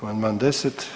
Amandman 10.